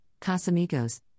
Casamigos